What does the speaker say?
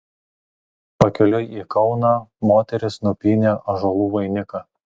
pakeliui į kauną moterys nupynė ąžuolų vainiką